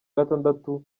gatandatu